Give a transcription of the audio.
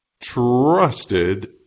trusted